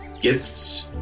gifts